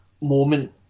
moment